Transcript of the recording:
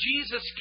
Jesus